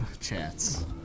chats